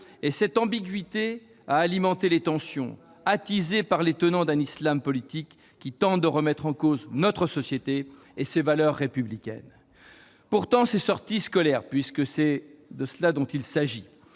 Cette ambiguïté a alimenté les tensions, attisées par les tenants d'un islam politique qui tente de remettre en cause notre société et ses valeurs républicaines. Les sorties scolaires, puisque c'est bien d'elles qu'il s'agit,